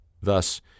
Thus